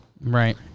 right